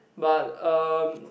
but um